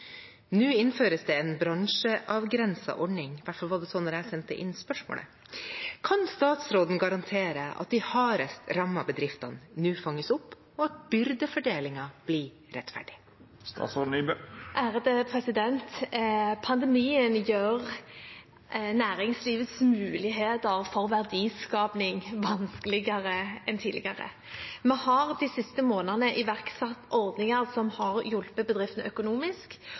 Nå innføres det en bransjeavgrenset ordning. Kan statsråden garantere at de hardest rammede bedriftene nå fanges opp og at byrdefordelingen blir rettferdig?» Pandemien gjør næringslivets muligheter for verdiskaping vanskeligere enn tidligere. Vi har de siste månedene iverksatt ordninger som har hjulpet bedriftene økonomisk